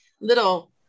little